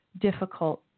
difficult